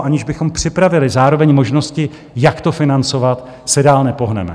Aniž bychom připravili zároveň možnosti, jak to financovat, se dál nepohneme.